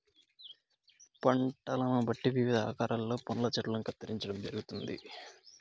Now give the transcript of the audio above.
పంటలను బట్టి వివిధ ఆకారాలలో పండ్ల చెట్టల్ని కత్తిరించడం జరుగుతుంది